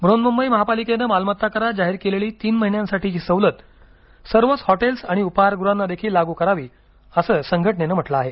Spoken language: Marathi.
बूहन्मुंबई महापालिकेनं मालमत्ता करात जाहीर केलेली तीन महिन्यांसाठीची सवलत सर्वच हॉटेल्स आणि उपाहारगृहांना देखील लागू करावी असं संघटनेनं म्हटलं आहे